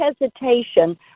hesitation